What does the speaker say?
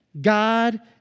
God